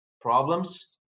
problems